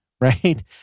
right